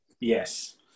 yes